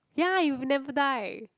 ya you never die